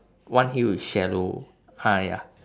one hill is shallow ah ya